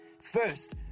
First